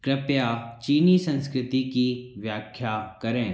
कृपया चीनी संस्कृति की व्याख्या करें